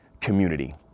community